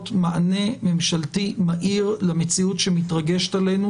מענה ממשלתי מהיר למציאות שמתרגשת עלינו,